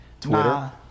Twitter